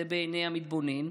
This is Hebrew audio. זה בעיני המתבונן,